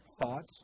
thoughts